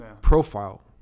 profile